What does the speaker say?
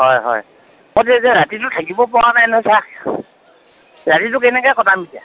হয় হয় মইতো এতিয়া ৰাতিটো থাকিব পৰা নাই নহয় ছাৰ ৰাতিটো কেনেকৈ কটাম এতিয়া